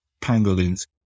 pangolins